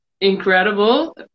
incredible